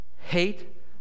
hate